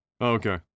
Okay